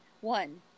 One